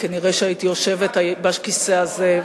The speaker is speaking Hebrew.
כנראה הייתי יושבת בכיסא הזה,